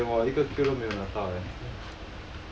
真的给我一个 kill 都没有拿到 leh